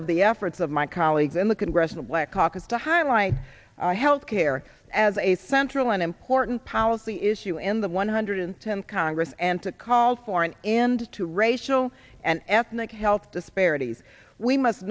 of the efforts of my colleagues in the congressional black caucus to highlight health care as a central and important policy issue in the one hundred tenth congress and to call for an end to racial and ethnic health disparities we must